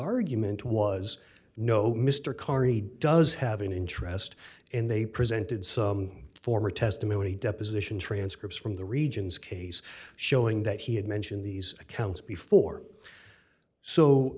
argument was no mr carney does have an interest and they presented some former testimony deposition transcripts from the regions case showing that he had mentioned these accounts before so